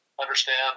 understand